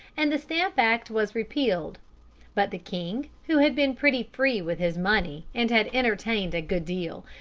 and the stamp act was repealed but the king, who had been pretty free with his money and had entertained a good deal,